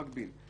מקביל.